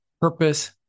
purpose